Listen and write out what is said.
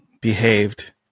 behaved